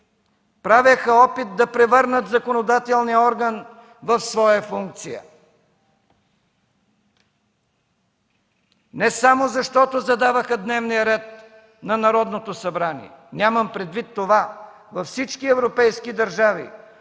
правеха опит да превърнат законодателния орган в своя функция не само защото задаваха дневния ред на Народното събрание, нямам предвид това. Във всички европейки държави